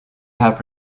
have